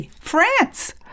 France